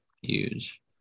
Huge